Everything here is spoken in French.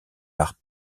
par